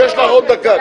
יש לי תשובה לדב.